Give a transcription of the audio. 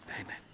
Amen